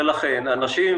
לכן אנשים,